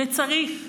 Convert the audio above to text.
וצריך.